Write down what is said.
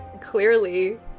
clearly